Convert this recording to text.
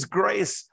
grace